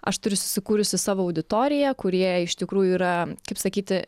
aš turiu susikūrusi savo auditoriją kurie iš tikrųjų yra kaip sakyti